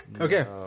Okay